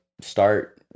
Start